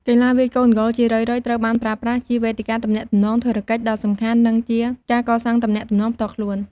កីឡាវាយកូនហ្គោលជារឿយៗត្រូវបានប្រើប្រាស់ជា វេទិកាទំនាក់ទំនងធុរកិច្ចដ៏សំខាន់ និងជាការកសាងទំនាក់ទំនងផ្ទាល់ខ្លួន។